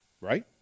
Right